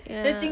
uh